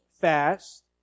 fast